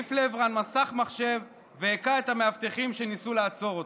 העיף לעברן מסך מחשב והיכה את המאבטחים שניסו לעצור אותו.